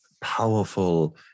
powerful